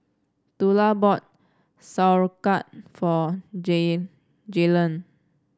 Tula bought Sauerkraut for Jaylan